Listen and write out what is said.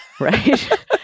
right